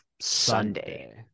Sunday